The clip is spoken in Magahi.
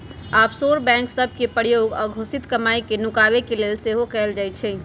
आफशोर बैंक सभ के प्रयोग अघोषित कमाई के नुकाबे के लेल सेहो कएल जाइ छइ